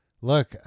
look